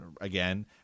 again